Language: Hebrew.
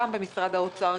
גם במשרד האוצר,